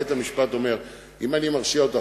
בית-המשפט אומר: אם אני מרשיע אותו,